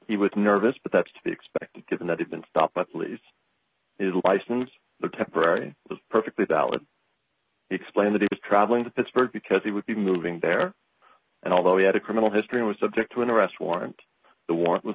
he was nervous but that's to be expected given that had been stopped by police is license the temporary was perfectly valid he explained that he was travelling to pittsburgh because he would be moving there and although he had a criminal history was subject to an arrest warrant the war